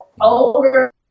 older